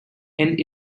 end